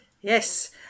Yes